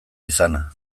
izana